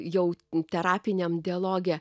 jau terapiniam dialoge